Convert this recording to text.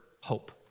hope